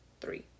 three